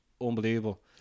Unbelievable